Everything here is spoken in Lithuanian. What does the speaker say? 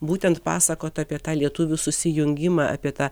būtent pasakot apie tą lietuvių susijungimą apie tą